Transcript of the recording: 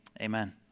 amen